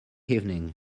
evening